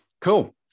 cool